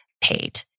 Paid